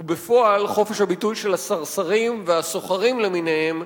הוא בפועל חופש הביטוי של הסרסורים ושל הסוחרים למיניהם,